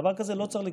דבר כזה לא צריך לקרות.